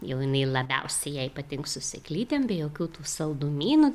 jau jinai labiausiai jai patink su sėklytėm be jokių tų saldumynų